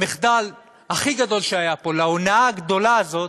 למחדל הכי גדול שהיה פה, להונאה הגדולה הזאת,